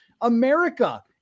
America